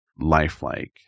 lifelike